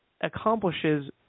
accomplishes